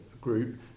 group